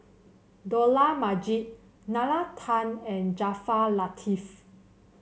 Dollah Majid Nalla Tan and Jaafar Latiff